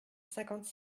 cinquante